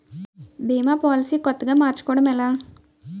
భీమా policy కొత్తగా మార్చుకోవడం ఎలా?